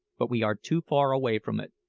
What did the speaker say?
but we are too far away from it.